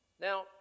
Now